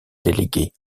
délégués